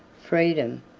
freedom,